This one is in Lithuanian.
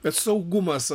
bet saugumas